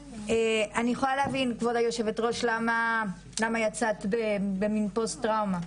אני יכולה להבין כבוד היושבת ראש למה יצאת במין פסט טראומה.